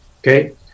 okay